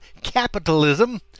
capitalism